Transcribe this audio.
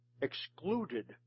excluded